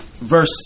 verse